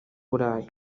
burayi